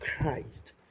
Christ